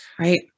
Right